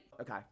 Okay